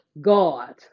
God